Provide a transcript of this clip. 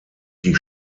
die